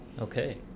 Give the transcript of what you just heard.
okay